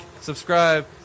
subscribe